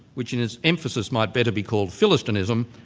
which in its emphasis might better be called philistinism,